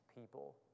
people